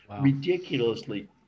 ridiculously